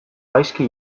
gaizki